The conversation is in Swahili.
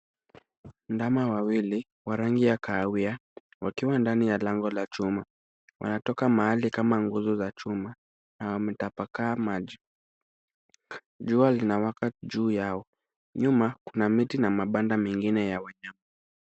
Ndama wawili wa rangi ya kahawia, wakiwa ndani ya lango la chuma. Wanatoka mahali kama nguzo za chuma na wametapakaa maji. Jua linawaka juu yao. Nyuma kuna miti na mabanda mengine ya wanyama.